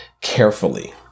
carefully